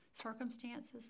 circumstances